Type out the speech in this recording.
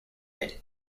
added